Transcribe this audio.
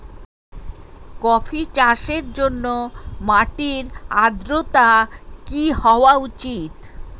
Coffee চাষের জন্য মাটির আর্দ্রতা কি হওয়া উচিৎ?